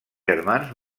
germans